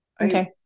Okay